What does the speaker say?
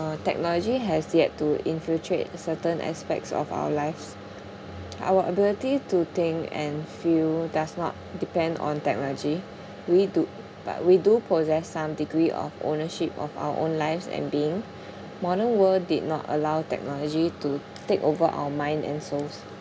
uh technology has yet to infiltrate certain aspects of our lives our ability to think and feel does not depend on technology we do but we do possess some degree of ownership of our own lives and being modern world did not allow technology to take over our mind and souls